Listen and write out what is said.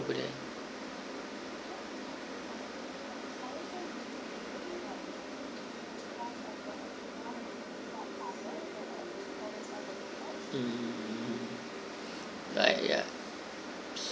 over there mm like ya